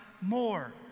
more